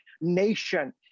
nation